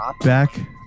back